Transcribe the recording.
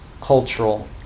cultural